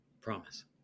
Promise